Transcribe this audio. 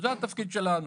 זה התפקיד שלנו.